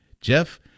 Jeff